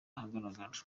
ahagaragara